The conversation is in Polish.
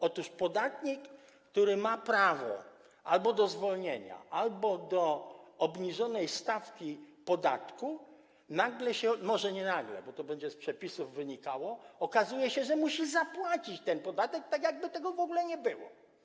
Otóż podatnik, który ma prawo albo do zwolnienia, albo do obniżonej stawki podatku, nagle - może nie nagle, bo to będzie z przepisów wynikało - okazuje się, musi zapłacić ten podatek, tak jakby tego w ogóle nie było.